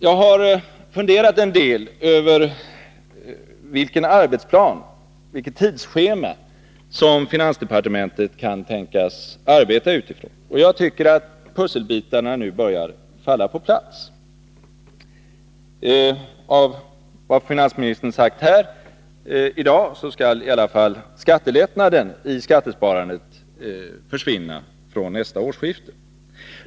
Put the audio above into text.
Jag har funderat en del över vilken arbetsplan och vilket tidsschema som finansdepartementet kan tänkas arbeta utifrån, och jag tycker att pusselbitarna nu börjar falla på plats. Enligt vad finansministern sagt här i dag skall i alla fall skattelättnaden i skattesparandet försvinna från nästa årsskifte.